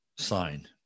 sign